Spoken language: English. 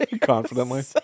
confidently